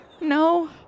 No